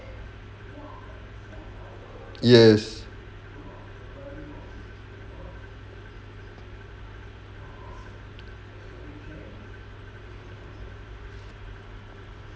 yes